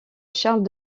charles